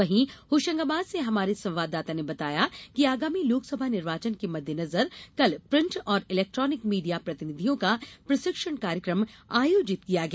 वहीं होशंगाबाद से हमारे संवाददाता ने बताया है कि आगामी लोकसभा निर्वाचन के मद्देनजर कल प्रिंट और इलेक्ट्रानिक मीडिया प्रतिनिधियों का प्रशिक्षण कार्यक्रम आयोजित किया गया